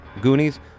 Goonies